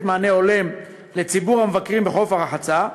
מענה הולם לציבור המבקרים בחוף הרחצה,